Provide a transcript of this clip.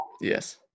Yes